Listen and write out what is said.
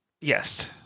Yes